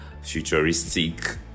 futuristic